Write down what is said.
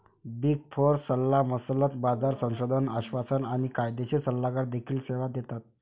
big four सल्लामसलत, बाजार संशोधन, आश्वासन आणि कायदेशीर सल्लागार देखील सेवा देतात